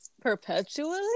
Perpetually